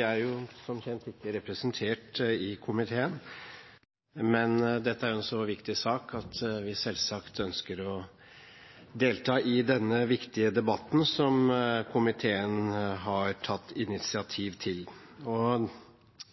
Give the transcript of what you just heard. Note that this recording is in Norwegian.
er som kjent ikke representert i komiteen, men dette er en så viktig sak at vi selvsagt ønsker å delta i denne viktige debatten som komiteen har tatt initiativ til.